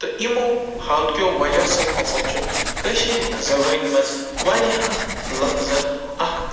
تہٕ یِمو ہالکٮ۪و وجہ سۭتۍ ہسا چھِ کٲشِر زَبٲنۍ منٛز واریاہَن لَفظن اکھ